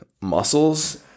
muscles